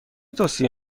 توصیه